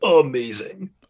amazing